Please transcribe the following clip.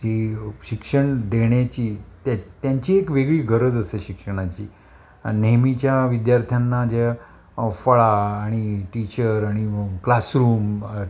जी शिक्षण देण्याची ते त्यांची एक वेगळी गरज असते शिक्षणाची नेहमीच्या विद्यार्थ्यांना ज्या फळा आणि टीचर आणि क्लासरूम